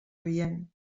rient